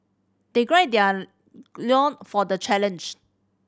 they gird their loin for the challenge